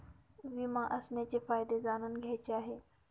विमा असण्याचे फायदे जाणून घ्यायचे आहे